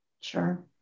Sure